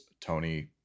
Tony